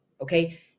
Okay